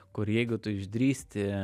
kur jeigu tu išdrįsti